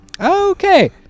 Okay